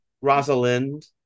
Rosalind